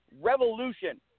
revolution